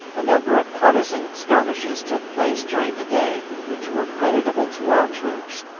a number of partisan skirmishes took place during the day, which were creditable to our troops,